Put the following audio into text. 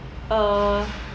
uh